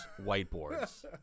whiteboards